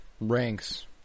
ranks